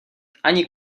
ani